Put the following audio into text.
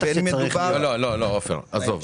עופר, עזוב.